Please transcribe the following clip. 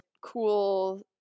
cool